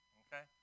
okay